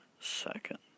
second